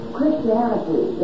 Christianity